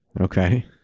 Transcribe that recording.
Okay